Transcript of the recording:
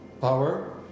power